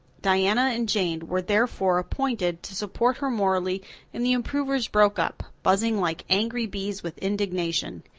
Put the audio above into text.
diana and jane were therefore appointed to support her morally and the improvers broke up, buzzing like angry bees with indignation.